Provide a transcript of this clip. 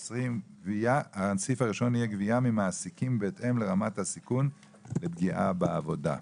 20. הסעיף הראשון יהיה גבייה ממעסיקים בהתאם לרמת הסיכון לפגיעה בעבודה.